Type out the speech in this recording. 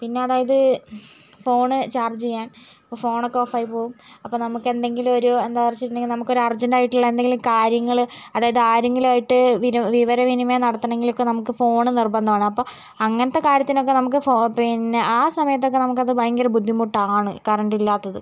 പിന്നെ അതായത് phone charge ചെയ്യാൻ ഫോൺ ഒക്കെ ഓഫായി പോകും അപ്പൊൾ നമുക്ക് എന്തെങ്കിലും ഒരു എന്താ വെച്ചിട്ടുണ്ടെങ്കിൽ നമുക്കൊരു അർജൻറ്റ് ആയിട്ടുള്ള എന്തെങ്കിലും കാര്യങ്ങള് അതായത് ആരെങ്കിലുമായിട്ട് വിവര വിനിമയം നടത്തണമെങ്കിൽ ഒക്കെ നമുക്ക് ഫോണ് നിർബന്ധമാണ് അപ്പൊൾ അങ്ങനത്തെ കാര്യത്തിനൊക്കെ നമുക്ക് ഫോൺ പിന്നെ ആ സമയത്തൊക്കെ നമുക്ക് അത് ഭയങ്കര ബുദ്ധിമുട്ടാണ് കറണ്ട് ഇല്ലാത്തത്